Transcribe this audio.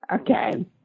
Okay